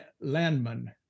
Landman